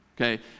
Okay